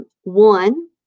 One